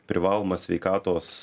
privalomą sveikatos